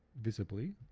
visibly,